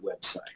website